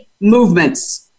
movements